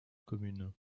commune